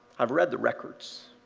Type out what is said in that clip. i've read the records.